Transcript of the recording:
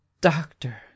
doctor